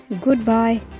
goodbye